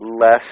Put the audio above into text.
less